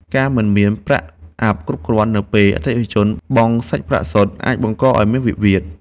ការមិនមានប្រាក់អាប់គ្រប់គ្រាន់នៅពេលអតិថិជនបង់សាច់ប្រាក់សុទ្ធ អាចបង្កឱ្យមានវិវាទ។